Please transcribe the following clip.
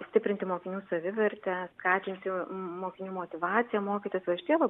stiprinti mokinių savivertę skatinti mokinių motyvaciją mokytis va šitie